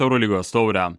eurolygos taurę